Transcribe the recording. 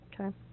Okay